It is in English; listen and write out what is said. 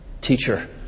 Teacher